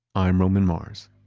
i'm roman mars